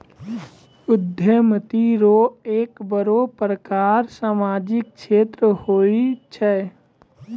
उद्यमिता रो एक बड़ो प्रकार सामाजिक क्षेत्र हुये छै